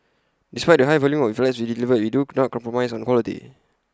despite the high volume of flats we delivered we do not compromise on quality